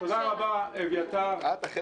תודה רבה, אביתר.